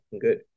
good